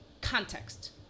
context